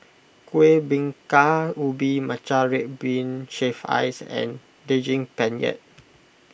Kuih Bingka Ubi Matcha Red Bean Shaved Ice and Daging Penyet